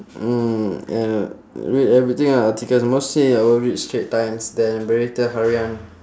mm uh read everything ah articles mostly I will read straits times then berita harian